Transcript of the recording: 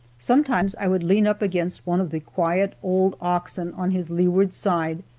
sometimes i would lean up against one of the quiet old oxen on his leeward side,